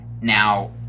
now